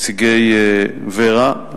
נציגי ור"ה,